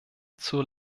zur